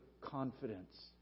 confidence